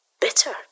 bitter